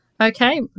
Okay